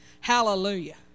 Hallelujah